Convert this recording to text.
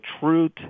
truth